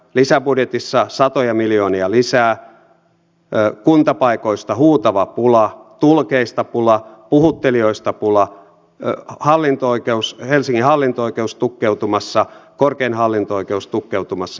lisäbudjetissa satoja miljoonia lisää kuntapaikoista huutava pula tulkeista pula puhuttelijoista pula helsingin hallinto oikeus tukkeutumassa korkein hallinto oikeus tukkeutumassa ja niin edelleen